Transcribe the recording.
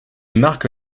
marque